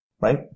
right